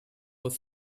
was